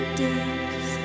days